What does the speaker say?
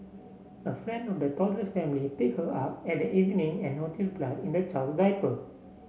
a friend of the toddler's family picked her up at evening and noticed blood in the child's diaper